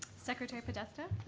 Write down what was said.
secretary podesta?